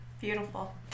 Beautiful